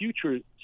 future